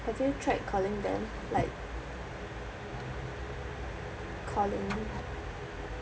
have you tried calling them like calling